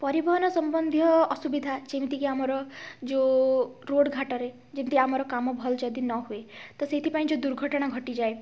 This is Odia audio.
ପରିବହନ ସମ୍ବନ୍ଧୀୟ ଅସୁବିଧା ଯେମିତିକି ଆମର ଯେଉଁ ରୋଡ଼ଘାଟରେ ଯଦି ଆମର କାମ ଭଲ ଯଦି ନହୁଏ ତ ସେଥିପାଇଁ ଯେଉଁ ଦୂର୍ଘଟଣା ଘଟିଯାଏ